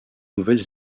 nouvelle